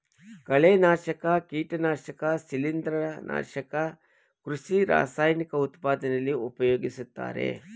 ಕಳೆನಾಶಕ, ಕೀಟನಾಶಕ ಶಿಲಿಂದ್ರ, ನಾಶಕ ಕೃಷಿ ರಾಸಾಯನಿಕ ಉತ್ಪಾದನೆಯಲ್ಲಿ ಪ್ರಯೋಗಿಸುತ್ತಾರೆ